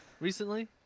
recently